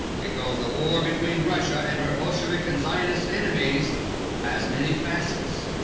because the war between russia and her bolshevik and zionist enemies has many facets,